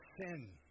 sin